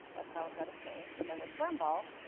that's how it got its name, and then with firm ball,